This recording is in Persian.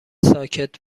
ساکت